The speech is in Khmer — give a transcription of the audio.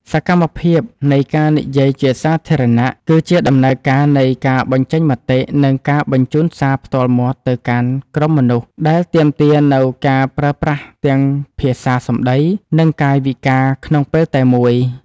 សកម្មភាពនៃការនិយាយជាសាធារណៈ គឺជាដំណើរការនៃការបញ្ចេញមតិ និងការបញ្ជូនសារផ្ទាល់មាត់ទៅកាន់ក្រុមមនុស្ស ដែលទាមទារនូវការប្រើប្រាស់ទាំងភាសាសម្ដី និងកាយវិការក្នុងពេលតែមួយ។